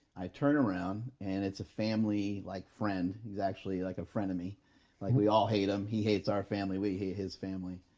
i turn around and it's a family like friend who's actually like a frenemy, like we all hate him. he hates our family. we hate his family.